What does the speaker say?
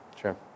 Sure